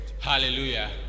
Hallelujah